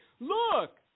look